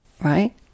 right